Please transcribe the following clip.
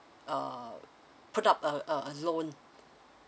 uh put up a a loan